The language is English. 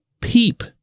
peep